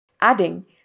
adding